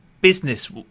business